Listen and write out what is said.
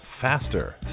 Faster